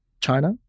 China